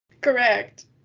Correct